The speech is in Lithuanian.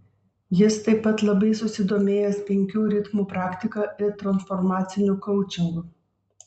jis taip pat labai susidomėjęs penkių ritmų praktika ir transformaciniu koučingu